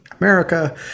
America